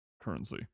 currency